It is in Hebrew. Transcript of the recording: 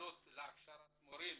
במוסדות להכשרת מורים,